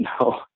no